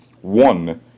One